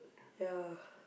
ya